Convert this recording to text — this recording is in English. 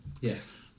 Yes